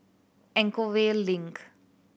Anchorvale Link